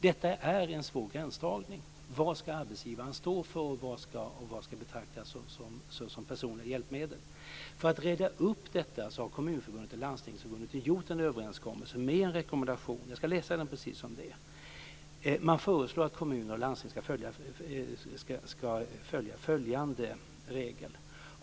Det är fråga om en svår gränsdragning. Vad ska arbetsgivaren stå för, och vad ska betraktas som personliga hjälpmedel? För att reda upp detta har Kommunförbundet och Landstingsförbundet gjort en överenskommelse med en rekommendation. Där föreslås att kommuner och landsting ska följa följande regel.